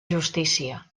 justícia